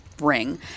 ring